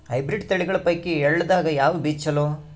Hybrid ತಳಿಗಳ ಪೈಕಿ ಎಳ್ಳ ದಾಗ ಯಾವ ಬೀಜ ಚಲೋ?